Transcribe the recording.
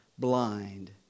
blind